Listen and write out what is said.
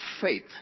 faith